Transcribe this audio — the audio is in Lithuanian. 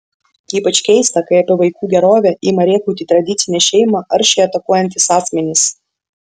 ypač keista kai apie vaikų gerovę ima rėkauti tradicinę šeimą aršiai atakuojantys asmenys